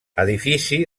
edifici